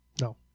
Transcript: No